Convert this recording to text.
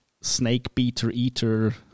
snake-beater-eater